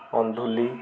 ଅନ୍ଧୁଲି